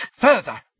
further